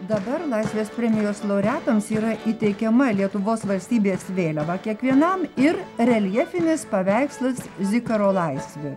dabar laisvės premijos laureatams yra įteikiama lietuvos valstybės vėliava kiekvienam ir reljefinis paveikslas zikaro laisvė